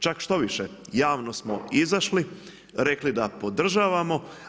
Čak štoviše, javno smo izašli, rekli da podržavamo.